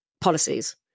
policies